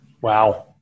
Wow